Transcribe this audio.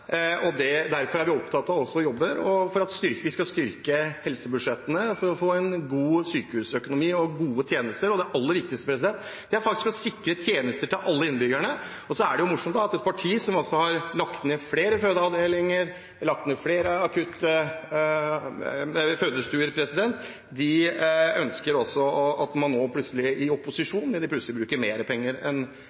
hele landet. Derfor er vi opptatt av og jobber for å styrke helsebudsjettene for å få en god sykehusøkonomi og gode tjenester. Og det aller viktigste er faktisk å sikre tjenester til alle innbyggerne. Så er det jo morsomt at et parti som har lagt ned flere fødeavdelinger og flere fødestuer, nå i opposisjon plutselig ønsker å bruke mer penger enn